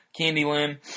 Candyland